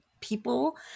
people